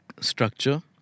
structure